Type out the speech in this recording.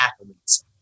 athletes